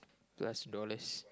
plus dollars